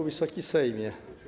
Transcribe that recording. Wysoki Sejmie!